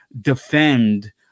defend